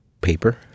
Paper